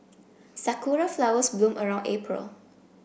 Sakura flowers bloom around April